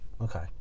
okay